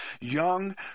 young